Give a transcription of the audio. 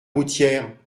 routière